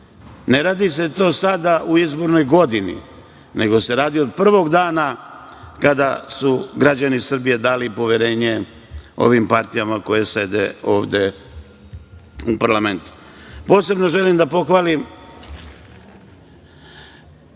ne radi se to sada u izbornoj godini, nego se radi od prvog dana kada su građani Srbije dali poverenje ovim partijama koje sede ovde u parlamentu. Posebno želim da pohvalim